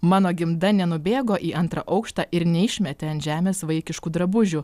mano gimda nenubėgo į antrą aukštą ir neišmetė ant žemės vaikiškų drabužių